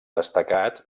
destacats